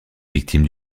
victime